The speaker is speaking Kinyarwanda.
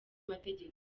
mategeko